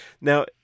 Now